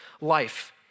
life